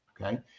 okay